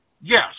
Yes